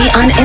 on